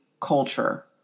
culture